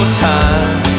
time